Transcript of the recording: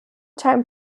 time